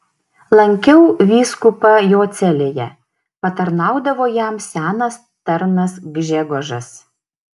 lankiau vyskupą jo celėje patarnaudavo jam senas tarnas gžegožas